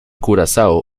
curazao